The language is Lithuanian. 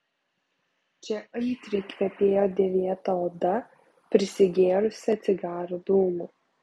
čia aitriai kvepėjo dėvėta oda prisigėrusią cigarų dūmų